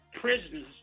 prisoners